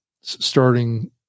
starting